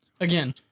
Again